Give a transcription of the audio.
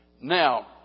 Now